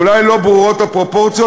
ואולי לא ברורות הפרופורציות,